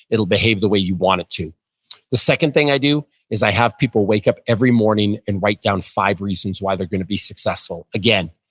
it'll behave the way you want it to the second thing i do is have people wake up every morning and write down five reasons why they're going to be successful. again,